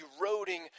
eroding